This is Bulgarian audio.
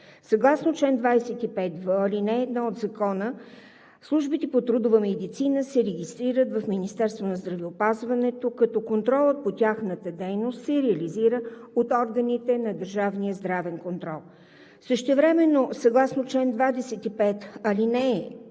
Съгласно чл. 25в, ал. 1 от Закона службите по трудова медицина се регистрират в Министерството на здравеопазването, като контролът по тяхната дейност се реализира от органите на държавния здравен контрол. Същевременно съгласно чл. 25,